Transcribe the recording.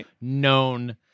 known